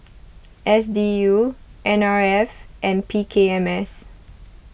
S D U N R F and P K M S